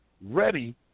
ready